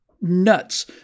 nuts